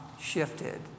shifted